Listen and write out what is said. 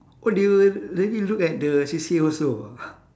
!wah! they will really look at the C_C_A also ah